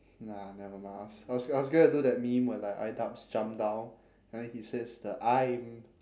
nah never mind I was I was I was gonna do that meme where like idubbbz jump down and then he says that I'm